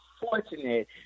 fortunate